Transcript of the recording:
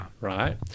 right